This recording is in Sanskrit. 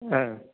हा